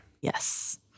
Yes